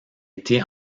été